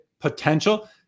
potential